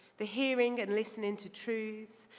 the hearing and listening to truth.